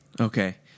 Okay